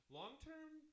long-term